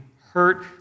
hurt